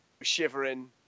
shivering